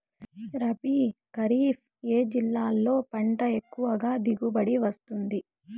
రబీ, ఖరీఫ్ ఏ సీజన్లలో పంట ఎక్కువగా దిగుబడి వస్తుంది